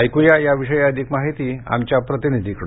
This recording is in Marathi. ऐकुया याविषयी अधिक माहिती आमच्या प्रतिनिधीकडून